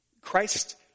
Christ